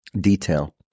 detail